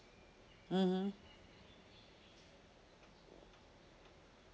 mmhmm